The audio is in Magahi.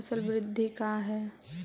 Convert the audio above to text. फसल वृद्धि का है?